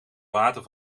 water